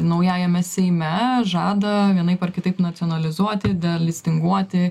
naujajame seime žada vienaip ar kitaip nacionalizuoti delistinguoti